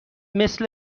مثل